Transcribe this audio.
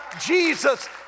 Jesus